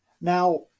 Now